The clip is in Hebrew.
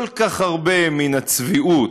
כל כך הרבה מן הצביעות,